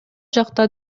жакта